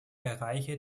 bereiche